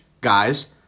guys